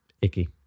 Icky